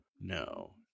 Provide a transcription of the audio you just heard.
No